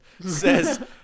says